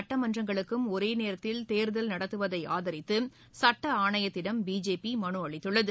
நாடாளுமன்றத்துக்கும் ஒரேநேரத்தில் தேர்தல் நடத்துவதைஆதரித்துசட்டஆணையத்திடம் பிஜேபிமனுஅளித்துள்ளது